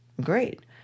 Great